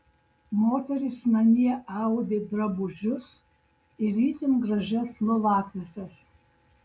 moterys namie audė drabužius ir itin gražias lovatieses